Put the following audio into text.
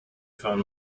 phone